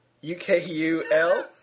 U-K-U-L